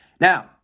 Now